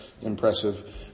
impressive